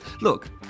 Look